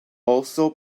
also